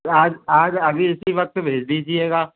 आज आज अभी इसी वक़्त भेज दीजिएगा